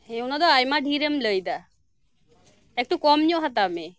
ᱦᱮᱸ ᱚᱱᱟᱫᱚ ᱟᱭᱢᱟ ᱰᱷᱮᱨᱮᱢ ᱞᱟᱹᱭᱮᱫᱟ ᱮᱠᱴᱩ ᱠᱚᱢ ᱧᱚᱜ ᱦᱟᱛᱟᱣ ᱢᱮ